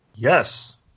Yes